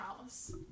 house